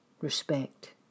Respect